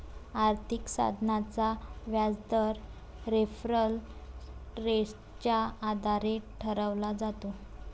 आर्थिक साधनाचा व्याजदर रेफरल रेटच्या आधारे ठरवला जातो